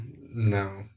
no